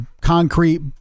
concrete